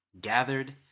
gathered